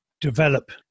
develop